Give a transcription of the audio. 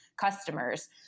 customers